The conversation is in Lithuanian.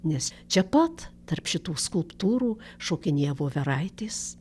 nes čia pat tarp šitų skulptūrų šokinėja voveraitės